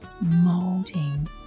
molding